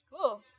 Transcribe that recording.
Cool